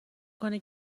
کنه